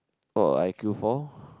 what would I queue for